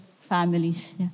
families